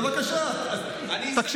אני אסכם לך אחר כך את הבור.